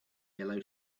yellow